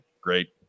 Great